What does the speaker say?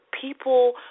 people